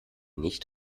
nicht